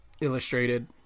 illustrated